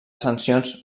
sancions